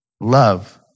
Love